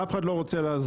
ואף אחד לא רוצה לעזור.